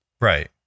Right